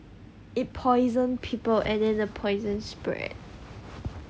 it poison people and then a poison spread